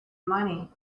money